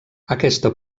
aquesta